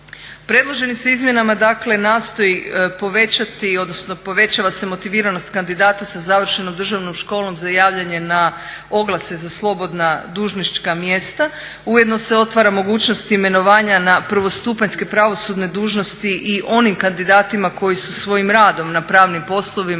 Predloženim se izmjenama dakle nastoji povećati, odnosno povećava se motiviranost kandidata sa završenom državnom školom za javljanje na oglase za slobodna dužnička mjesta. Ujedno se otvara mogućnost imenovanja na prvostupanjske pravosudne dužnosti i onim kandidatima koji su svojim radom na pravnim poslovima